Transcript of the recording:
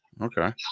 Okay